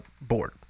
board